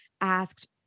asked